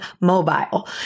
mobile